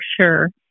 sure